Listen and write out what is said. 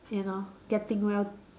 you know getting well